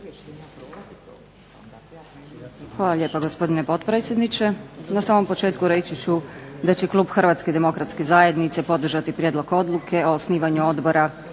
Hvala lijepa gospodine potpredsjedniče. Na samom početku reći ću da će klub HDZ-a podržati prijedlog Odluke o osnivanju Odbora